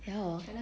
ya hor